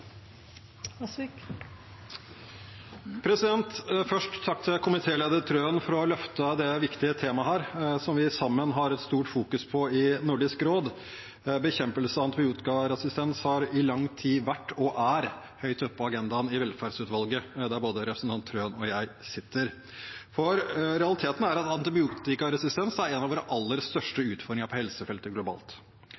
Først takk til komitéleder Trøen for å ha løftet dette viktige temaet, som vi sammen i stor grad fokuserer på i Nordisk råd. Bekjempelse av antibiotikaresistens har i lang tid vært og er høyt oppe på agendaen i velferdsutvalget, der både representanten Trøen og jeg sitter. Realiteten er at antibiotikaresistens er en av våre aller største